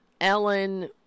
Ellen